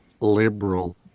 liberal